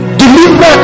deliver